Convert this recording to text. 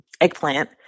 eggplant